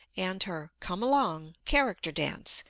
and her come along character dance,